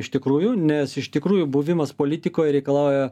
iš tikrųjų nes iš tikrųjų buvimas politikoj reikalauja